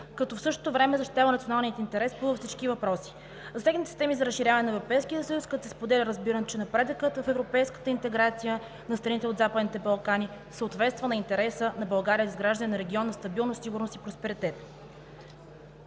като в същото време защитава националния ни интерес по всички въпроси. Засегнати са теми за разширяване на Европейския съюз, като се споделя разбирането, че напредъкът в европейската интеграция на страните от Западните Балкани съответства на интереса на България за изграждане на регион на стабилност, сигурност и просперитет.